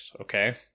okay